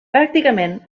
pràcticament